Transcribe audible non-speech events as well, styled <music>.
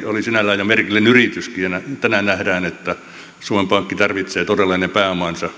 <unintelligible> oli sinällään jo merkillinen yrityskin ja tänään nähdään että suomen pankki tarvitsee todella ne pääomansa